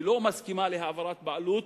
היא לא מסכימה להעברת בעלות,